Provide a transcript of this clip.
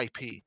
IP